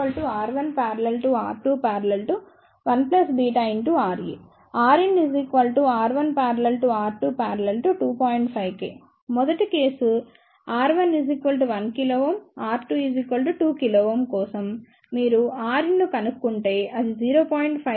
5 k మొదటి case R1 1 kΩ R2 2 kΩ కోసం మీరు Rin ను కనుక్కుంటే అది 0